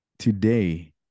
Today